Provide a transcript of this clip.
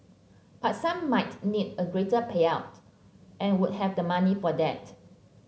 but some might need a greater payout and would have the money for that